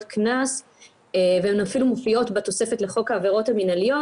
קנס והן אפילו מופיעות בתוספת לחוק העבירות המנהליות,